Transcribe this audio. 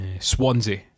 Swansea